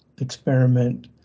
experiment